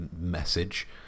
message